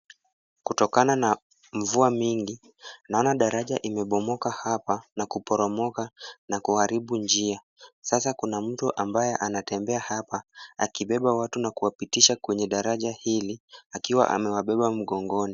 Kutokana na mvua mingi, naona daraja imebomoka hapa na kuporomoka na kuharibu njia. Sasa kuna mtu ambaye anatembea hapa akibeba watu na kuwapitisha kwenye daraja hili akiwa amewabeba mgongoni.